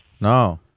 No